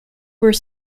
were